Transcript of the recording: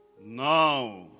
Now